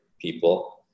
people